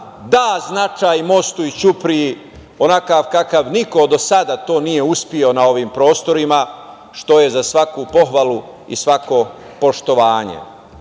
da značaj mostu i ćupriji onakav kako niko do sada to nije uspeo na ovim prostorima, što je za svaku pohvalu i svako poštovanje. Nisam